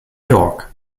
york